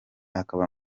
akaba